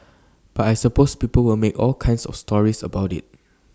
but I suppose people will make all kinds of stories about IT